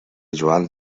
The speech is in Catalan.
joan